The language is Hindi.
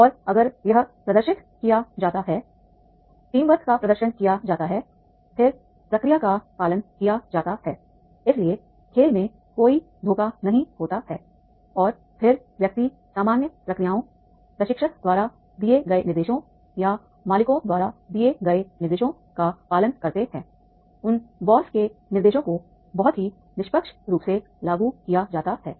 और अगर यह प्रदर्शित किया जाता है टीम वर्क का प्रदर्शन किया जाता है फिर प्रक्रिया का पालन किया जाता है इसलिए खेल में कोई धोखा नहीं होता है और फिर व्यक्ति सामान्य प्रक्रियाओं प्रशिक्षक द्वारा दिए गए निर्देशों या मालिकों द्वारा दिए गए निर्देशों का पालन करते हैं उन बॉस के निर्देशों को बहुत ही निष्पक्ष रूप से लागू किया जाता है